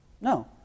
No